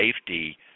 safety